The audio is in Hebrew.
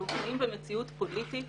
אנחנו חיים במציאות פוליטית